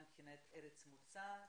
גם מבחינת ארץ מוצא,